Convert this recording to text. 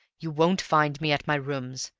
you won't find me at my rooms.